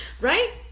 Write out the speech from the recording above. right